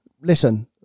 listen